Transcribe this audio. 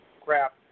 crap